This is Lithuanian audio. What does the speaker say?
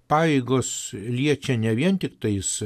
pajėgos liečia ne vien tiktais